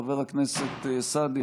חבר הכנסת סעדי,